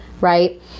right